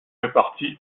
répartis